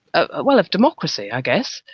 ah well, of democracy i guess,